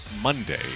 Monday